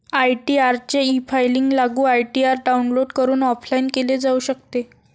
ITR चे efiling लागू ITR download करून ऑफलाइन केले जाऊ शकते